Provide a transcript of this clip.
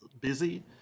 busy